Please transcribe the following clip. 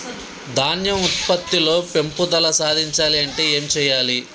ధాన్యం ఉత్పత్తి లో పెంపుదల సాధించాలి అంటే ఏం చెయ్యాలి?